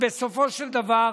בסופו של דבר,